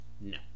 No